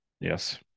Yes